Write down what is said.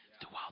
throughout